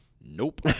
Nope